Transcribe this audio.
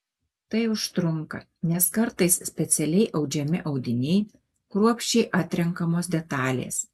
tai užtrunka nes kartais specialiai audžiami audiniai kruopščiai atrenkamos detalės